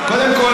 קודם כול,